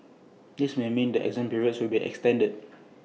this may mean that exam periods will be extended